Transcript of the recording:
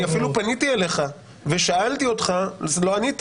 אני אפילו פניתי אליך ושאלתי אותך - לא ענית,